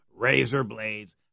Razorblades